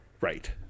Right